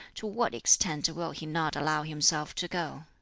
to what extent will he not allow himself to go?